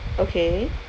okay